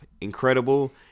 incredible